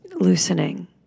loosening